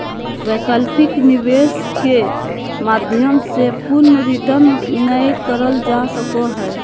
वैकल्पिक निवेश के माध्यम से पूर्ण रिटर्न नय करल जा सको हय